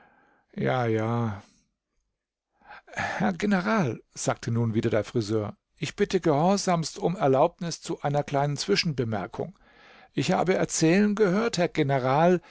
ja ja herr general sagte nun wieder der friseur ich bitte gehorsamst um die erlaubnis zu einer kleinen zwischenbemerkung ich habe erzählen gehört herr general